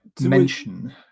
mention